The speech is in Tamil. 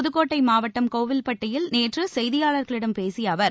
புதுக்கோட்டை மாவட்டம் கோவில்பட்டியல் நேற்று செய்தியாளர்களிடம் பேசிய அவர்